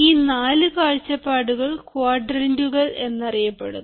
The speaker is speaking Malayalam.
ഈ 4 കാഴ്ചപ്പാടുകൾ ക്വാഡ്രന്റുകൾ എന്നറിയപ്പെടുന്നു